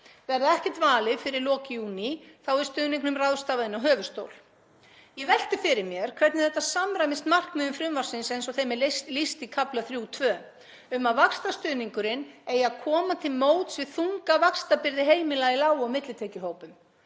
Verði ekkert valið fyrir lok júní er stuðningnum ráðstafað inn á höfuðstól. Ég velti fyrir mér hvernig þetta samræmist markmiðum frumvarpsins eins og þeim er lýst í kafla 3.2, um að vaxtastuðningurinn eigi að koma til móts við þunga vaxtabyrði heimila í lág- og millitekjuhópum.